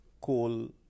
coal